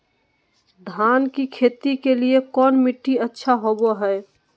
धान की खेती के लिए कौन मिट्टी अच्छा होबो है?